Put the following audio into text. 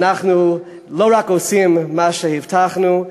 אנחנו לא רק עושים מה שהבטחנו,